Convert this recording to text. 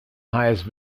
highest